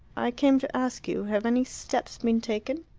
i came to ask you have any steps been taken?